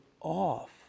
off